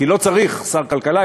כי לא צריך שר כלכלה.